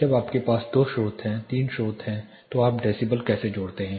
जब आपके पास दो स्रोत हैं 3 स्रोत हैं तो आप डेसीबल कैसे जोड़ते हैं